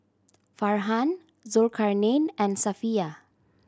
Farhan Zulkarnain and Safiya